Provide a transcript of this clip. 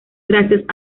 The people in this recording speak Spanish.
gracias